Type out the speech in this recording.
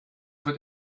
wird